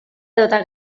edota